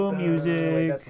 music